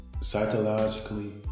psychologically